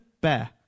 bear